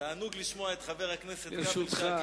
תענוג לשמוע את חבר הכנסת כבל,